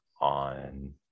on –